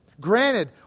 Granted